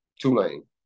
Tulane